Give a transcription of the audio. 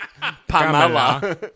Pamela